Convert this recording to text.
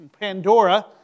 Pandora